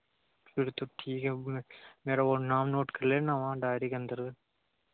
फिर तो ठीक है अब मेरा वह नाम नोट कर लेना वहाँ डायरी के अंदर